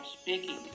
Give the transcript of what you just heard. speaking